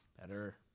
Better